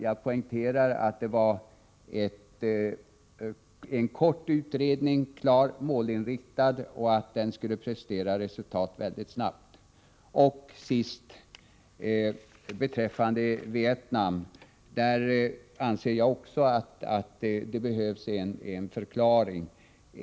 Jag poängterar att avsikten var att utredningen skulle arbeta med en klar målinriktning och prestera resultat mycket snabbt. Beträffande Vietnam anser jag också att det behövs en förklaring.